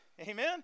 Amen